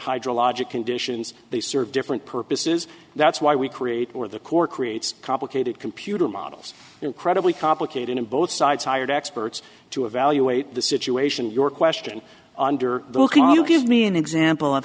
hydrologic conditions they serve different purposes that's why we create or the corps creates complicated computer models incredibly complicated and both sides hired experts to evaluate the situation your question under give me an example of